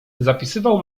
zapisywał